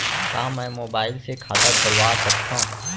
का मैं मोबाइल से खाता खोलवा सकथव?